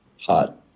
hot